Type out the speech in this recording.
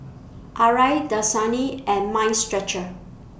Arai Dasani and Mind Stretcher